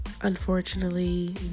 Unfortunately